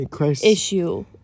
issue